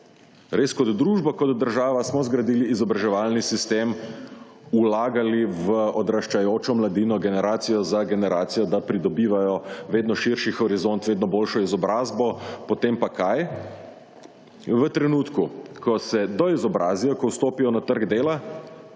Res, kot družba, kot država smo zgradili izobraževalni sistem, vlagali v odraščajočo mladino generacijo za generacijo, da pridobivajo vedno širši horizont, vedno boljšo izobrazbo. Potem pa kaj? V trenutku, ko se doizobrazijo, ko vstopijo na trg dela,